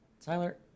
Tyler